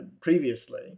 previously